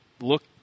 look